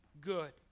good